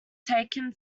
taken